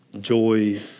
joy